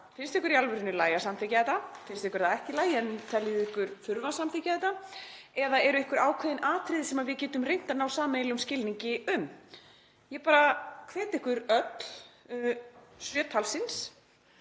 Finnst ykkur í alvörunni í lagi að samþykkja þetta? Finnst ykkur það ekki í lagi en teljið ykkur þurfa að samþykkja þetta? Eða eru einhver ákveðin atriði sem við getum reynt að ná sameiginlegum skilningi um? Ég bara hvet ykkur öll, sjö talsins,